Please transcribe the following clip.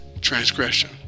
Transgression